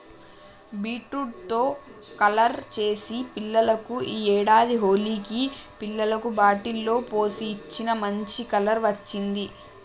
beetroot తో colour చేసి పిల్లలకు ఈ ఏడాది హోలికి పిల్లలకు బాటిల్ లో పోసి ఇచ్చిన, మంచి కలర్ వచ్చింది